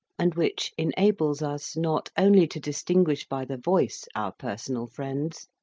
and which enables us not only to distinguish by the voice our personal friends,